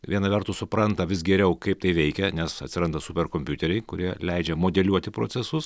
viena vertus supranta vis geriau kaip tai veikia nes atsiranda superkompiuteriai kurie leidžia modeliuoti procesus